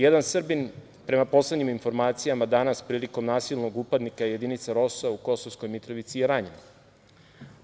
Jedan Srbin, prema poslednjim informacijama, danas prilikom nasilnog upadanja jedinice ROSU u Kosovskoj Mitrovici je ranjen.